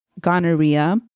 gonorrhea